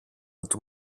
του